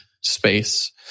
space